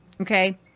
Okay